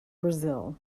brazil